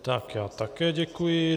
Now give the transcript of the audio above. Tak já také děkuji.